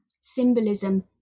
symbolism